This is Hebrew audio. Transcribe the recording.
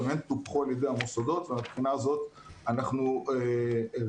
גם הן טופחו על ידי המוסדות ומהבחינה הזאת אנחנו רגועים.